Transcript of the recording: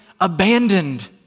abandoned